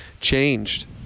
changed